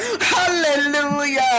Hallelujah